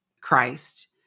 Christ